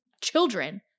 children